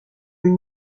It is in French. une